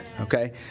Okay